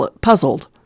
puzzled